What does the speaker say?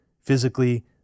physically